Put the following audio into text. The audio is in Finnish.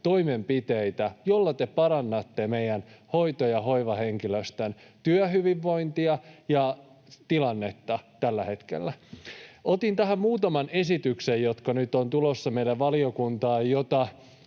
toimenpiteitä, joilla te parannatte meidän hoito- ja hoivahenkilöstön työhyvinvointia ja tilannetta tällä hetkellä. Otin tähän muutaman esityksen, jotka nyt ovat tulossa meidän valiokuntaan, joista